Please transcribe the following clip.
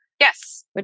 Yes